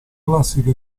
classico